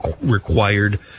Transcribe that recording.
required